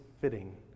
fitting